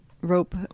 rope